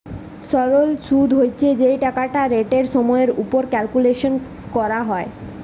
সরল শুদ হচ্ছে যেই টাকাটা রেটের সময়ের উপর ক্যালকুলেট করা হয়